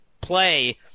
play